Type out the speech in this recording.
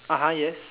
(uh huh) yes